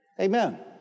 Amen